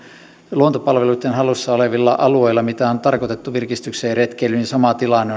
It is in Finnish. luontopalveluitten hallussa olevilla alueilla mitkä on tarkoitettu virkistykseen ja retkeilyyn on sama tilanne